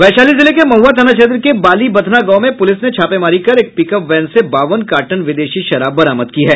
वैशाली जिले के महुआ थाना क्षेत्र के बाली बथना गांव में पुलिस ने छापेमारी कर एक पिकअप वैन से बावन कार्टन विदेशी शराब बरामद की है